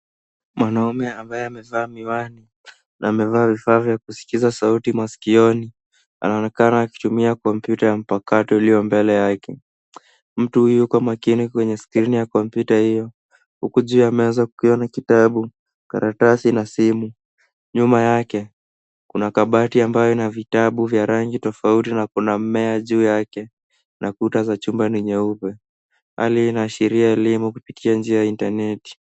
Mwanaume ambaye amevaa miwani na amevaa vifaa vya kusikiza sauti masikioni anaonekana akitumia kompyuta ya mapakato iliyo mbele yake. Mtu huyu yuko makini kwenye skrini ya kompyuta hiyo, huku juu ya meza kukiwa na kitabu, karatasi na simu. Nyuma yake kuna kabati ambayo ina vitabu vya rangi tofauti na kuna mmea juu yake na kuna za chumba ni nyeupe. Hali hii inaashiria elimu kupitia njia ya intaneti.